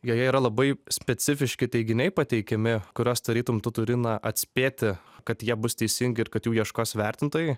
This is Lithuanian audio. joje yra labai specifiški teiginiai pateikiami kuriuos tarytum tu turi na atspėti kad jie bus teisingi ir kad jų ieškos vertintojai